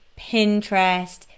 Pinterest